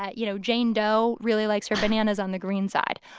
ah you know, jane doe really likes her bananas on the green side